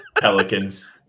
Pelicans